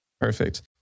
Perfect